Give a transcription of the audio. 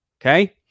okay